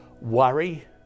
worry